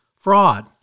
fraud